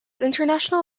international